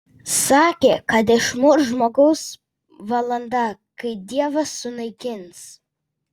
sakė kad išmuš žmogaus valanda kai dievas sunaikins